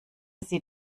sie